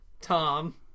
Tom